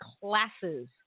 classes